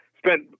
Spent